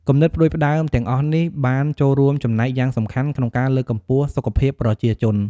គំនិតផ្តួចផ្តើមទាំងអស់នេះបានចូលរួមចំណែកយ៉ាងសំខាន់ក្នុងការលើកកម្ពស់សុខភាពប្រជាជន។